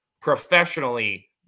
Professionally